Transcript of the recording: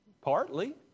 Partly